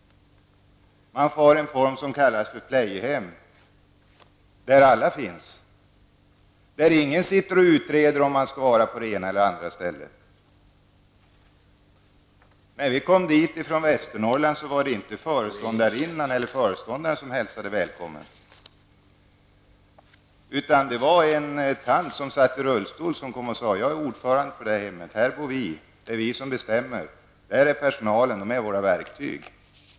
Man har plejehjemmen, där alla åldringar tas om hand. Ingen utreder om man skall vara på det ena eller på det andra stället. När vi kom dit från Västernorrland var det inte föreståndarinnan eller föreståndaren som hälsade välkommen, utan en dam som satt i rullstol. Hon sade: Jag är ordförande på det här hemmet. Här bor vi, och det är vi som bestämmer. Personalen är våra verktyg.